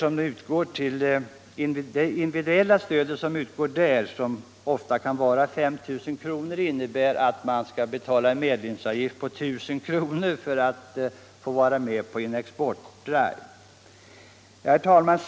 för att få vara med på en exportdrive. Det individuella stöd som utgår i sammanhanget debatt och valutapolitisk debatt 120 kan ofta vara 5000 kr. Herr talman!